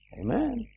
Amen